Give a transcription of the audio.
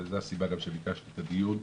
וזו הסיבה שביקשתי את הדיון,